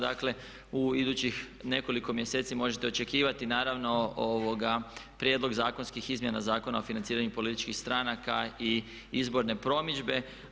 Dakle u idućih nekoliko mjeseci možete očekivati naravno prijedlog zakonskih izmjena Zakona o financiranju političkih stranaka i izborne promidžbe.